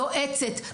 יועצת,